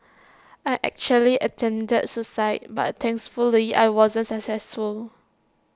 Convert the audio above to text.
I actually attempted suicide but thankfully I wasn't successful